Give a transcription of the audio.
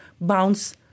bounce